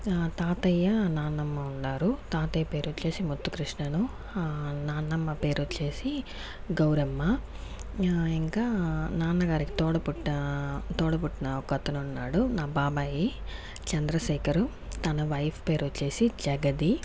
తాతయ్య నాన్నమ్మ ఉన్నారు తాతయ్య పేరొచ్చేసి ముద్దుకృష్ణను నాన్నమ్మ పేరొచ్చేసి గౌరమ్మ ఇంకా నాన్నగారికి తోడబుట్టి తోడబుట్టిన ఒకతను ఉన్నాడు మా బాబాయి చంద్రశేఖరు తన వైఫ్ పేరొచ్చేసి జగదీ